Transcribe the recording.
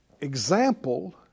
example